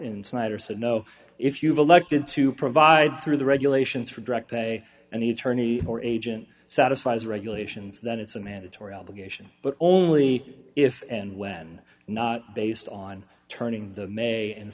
insider said no if you've elected to provide through the regulations for direct pay and the attorney or agent satisfies regulations that it's a mandatory obligation but only if and when not based on turning the may and